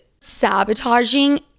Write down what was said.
sabotaging